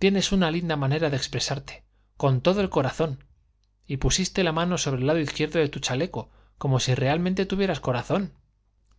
tienes una linda manera de expresarte con todo el corazón y pusiste la mano sobre el lado izquierdo de tu chaleco como si realmente tuvieras corazón